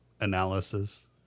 analysis